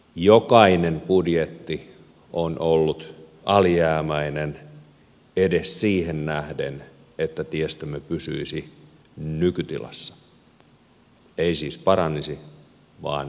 jokainen budjetti on ollut alijäämäinen siihen nähden että tiestömme pysyisi edes nykytilassa ei siis paranisi vaan pysyisi nykytilassa